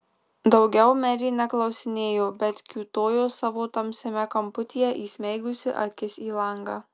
daugiau merė neklausinėjo bet kiūtojo savo tamsiame kamputyje įsmeigusi akis į langą